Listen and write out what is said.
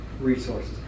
resources